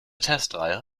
testreihe